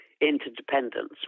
interdependence